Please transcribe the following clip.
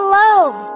love